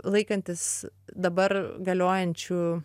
laikantis dabar galiojančių